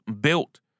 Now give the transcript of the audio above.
built